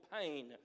pain